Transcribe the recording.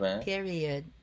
period